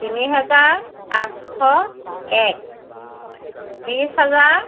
তিনি হেজাৰ পাঁচশ এক বিছ হাজাৰ